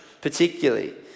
particularly